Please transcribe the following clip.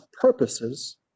purposes